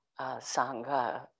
Sangha